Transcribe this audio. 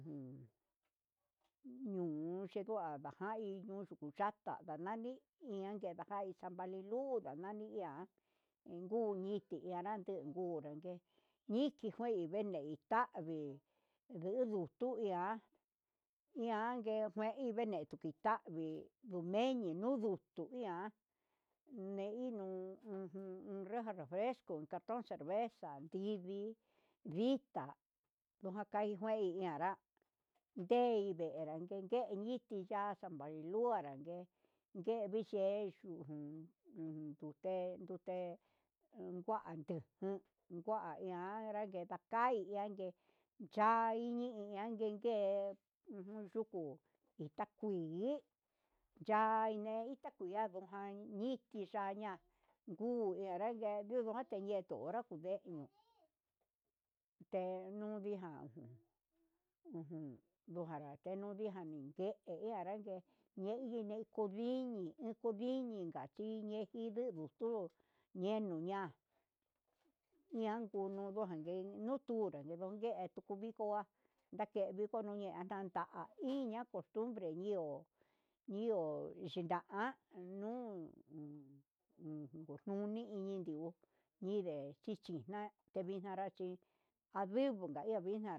Jun nungua chinguanda janmin nuu chata nami, ihan najai nichininu kuna nridia kunini nganrante kundeiju niki kuendi nuu tavii, ndudu tu ihá ian ngue iin nenetuni tañi numedi nuu ndutu neian neninu ujun un reja refresco kacha ndevera tingui nditá ndukajue ñanra ndeide ninrague ñeñiti ya'a chia nani nguu anranka ngue nguevixhei un uun nduté ingua ndujun ingua nraketa takai ian ngue chaini ngue ujun yuku ita kini ya'a itá kinia andujan niki ya'á ña'a nguu narangue natu xhechi horá akundei te nundiján ujun ndukanakenu ndujijan ungue iha anrangue ñeiñe kudini kundini inkachinde ndundunu tu'u, ñeniña ñangunu yangueni nijuntunra yenun ngue atundua ndakeno nditu jun ña'a atanda jan ndita iñi ya costumbre iho, iho chinan nu uun ndiko nuni iñini nide chixna chivinanrá chi avingoña ndekana vixne.